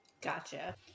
gotcha